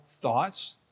thoughts